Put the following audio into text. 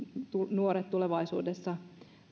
nuoret tulevaisuudessa